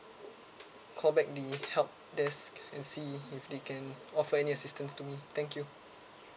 call back the help desk and see if they can offer any assistance to me thank you